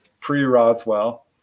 pre-Roswell